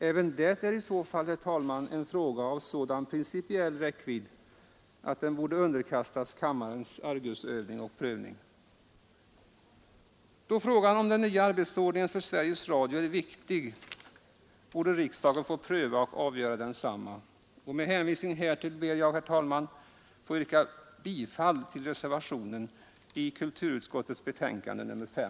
Även det är i så fall, herr talman, en fråga av sådan principiell räckvidd att den borde bevakas av kammarens argusögon och prövas av riksdagen. Då frågan om den nya arbetsordningen för Sveriges Radio är viktig, borde riksdagen få pröva och avgöra densamma. Herr talman! Med hänvisning till det anförda ber jag att få yrka bifall till den reservation som fogats till kulturutskottets betänkande nr 5.